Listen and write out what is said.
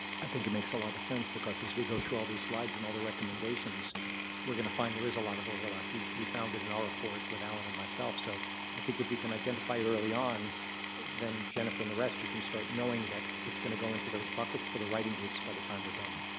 i think it makes a lot of sense, because as we go through all these slides and all the recommendations we're going to find there is a lot of overlap. we we found it in our report with allen and myself. so i think if we can identify it early on then jennifer and the rest, you can start knowing that it's going to into those buckets for the writing groups by the time we're done.